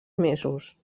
mesos